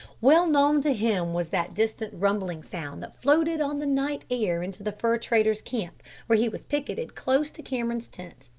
well-known to him was that distant rumbling sound that floated on the night air into the fur-trader's camp where he was picketted close to cameron's tent.